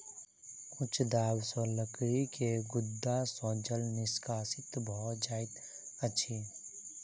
उच्च दाब सॅ लकड़ी के गुद्दा सॅ जल निष्कासित भ जाइत अछि